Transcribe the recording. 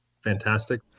fantastic